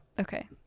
okay